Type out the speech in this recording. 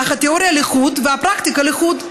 אך תיאוריה לחוד ופרקטיקה לחוד.